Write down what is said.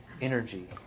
energy